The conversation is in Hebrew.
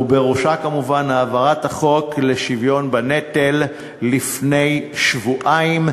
ובראשה כמובן העברת החוק לשוויון בנטל לפני שבועיים.